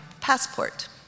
passport